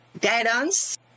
guidance